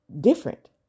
different